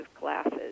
glasses